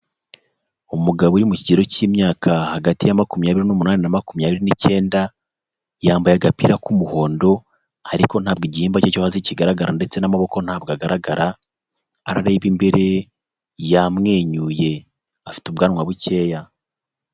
Umugabo uri mu kigero cy'imyaka hagati ya makumyabiri n'umunani na makumyabiri n'icyenda, yambaye agapira k'umuhondo ariko ntabwo igihimba cye kigaragara ndetse n'amaboko ntabwo agaragara, arareba imbere yamwenyuye, afite ubwanwa bukeya.